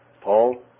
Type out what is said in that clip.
Paul